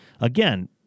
again